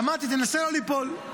אמרתי, נסה לא ליפול.